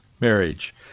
marriage